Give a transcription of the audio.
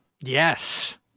Yes